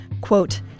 Quote